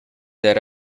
that